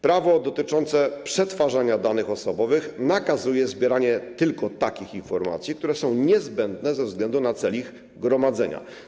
Prawo dotyczące przetwarzania danych osobowych nakazuje zbieranie tylko takich informacji, które są niezbędne ze względu na cel ich gromadzenia.